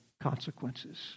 consequences